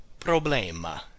problema